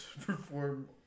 perform